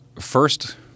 First